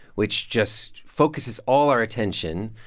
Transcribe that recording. which just focuses all our attention,